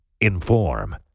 Inform